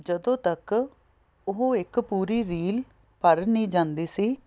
ਜਦੋਂ ਤੱਕ ਉਹ ਇੱਕ ਪੂਰੀ ਰੀਲ ਭਰ ਨਹੀਂ ਜਾਂਦੀ ਸੀ